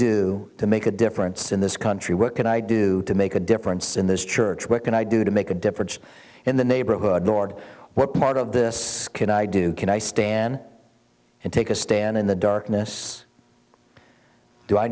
do to make a difference in this country what can i do to make a difference in this church what can i do to make a difference in the neighborhood lord what part of this can i do can i stand and take a stand in the d